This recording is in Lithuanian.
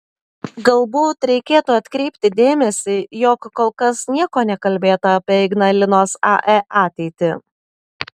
galbūt reikėtų atkreipti dėmesį jog kol kas nieko nekalbėta apie ignalinos ae ateitį